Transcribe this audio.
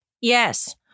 Yes